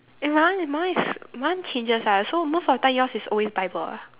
eh my one my one is mine changes ah so most of the time yours is always bible ah